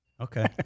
Okay